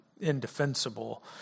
indefensible